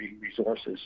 resources